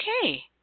okay